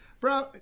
Bro